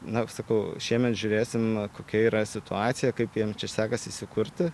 na sakau šiemet žiūrėsim kokia yra situacija kaip jiem čia sekasi įsikurti